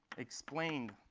explained